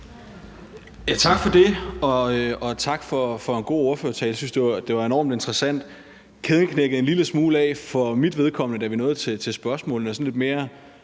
Tak for det, og tak for en god ordførertale. Jeg synes, det var enormt interessant. Kæden knækkede en lille smule for mit vedkommende, da vi nåede til spørgsmålene,